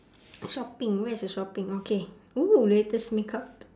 shopping where is the shopping okay oo latest makeup